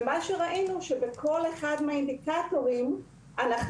ראינו שבכל אחד מהאינדיקטורים אנחנו